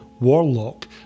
Warlock